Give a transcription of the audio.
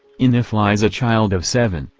in if lies a child of seven,